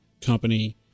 company